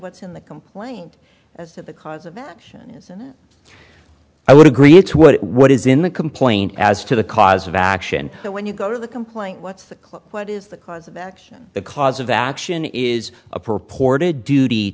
what's in the complaint as to the cause of action isn't i would agree it's what what is in the complaint as to the cause of action when you go to the complaint what's the clear what is the cause of action the cause of action is a purported duty